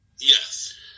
Yes